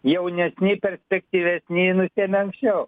jaunesni perspektyvesni nusiėmė anksčiau